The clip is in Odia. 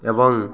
ଏବଂ